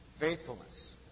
faithfulness